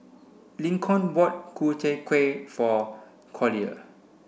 Lincoln bought Ku Chai Kuih for Collier